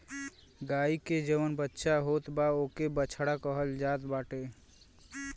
गाई के जवन बच्चा होत बा ओके बछड़ा कहल जात बाटे